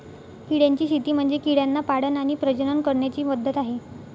किड्यांची शेती म्हणजे किड्यांना पाळण आणि प्रजनन करण्याची पद्धत आहे